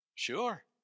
Sure